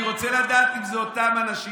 אני רוצה לדעת אם זה אותם אנשים,